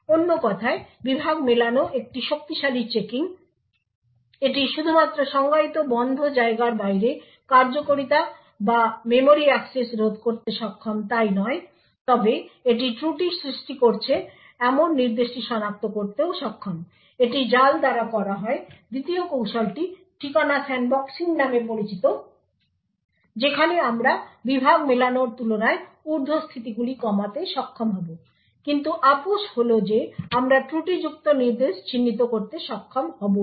অন্য কথায় বিভাগ মেলানো একটি শক্তিশালী চেকিং এটি শুধুমাত্র সংজ্ঞায়িত বন্ধ জায়গার বাইরে কার্যকারিতা বা মেমরি অ্যাক্সেস রোধ করতে সক্ষম তাই নয় তবে এটি ত্রুটি সৃষ্টি করছে এমন নির্দেশটি সনাক্ত করতেও সক্ষম এটি জাল দ্বারা করা হয় দ্বিতীয় কৌশলটি ঠিকানা স্যান্ডবক্সিং নামে পরিচিত যেখানে আমরা বিভাগ মেলানোর তুলনায় উর্ধস্থিতিগুলি কমাতে সক্ষম হব কিন্তু আপস হল যে আমরা ত্রুটিযুক্ত নির্দেশ চিহ্নিত করতে সক্ষম হব না